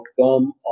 outcome